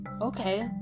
okay